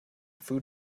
food